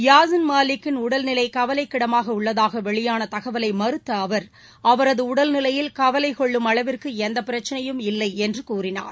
யாசின் மாலிக்கின் உடல்நிலை கவலைக்கிடமாக உள்ளதாக வெளியான தகவலை மறுத்த அவர் அவரது உடல்நிலையில் கவலை கொள்ளும் அளவிற்கு எந்த பிரச்சினையும் இல்லை என்று கூறினார்